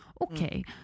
Okay